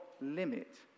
limit